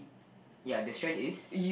ya the strand is